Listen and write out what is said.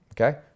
okay